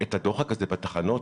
את הדוחק הזה בתחנות,